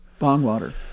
Bongwater